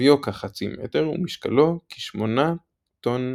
עוביו כחצי מטר ומשקלו כ-8.8 טון.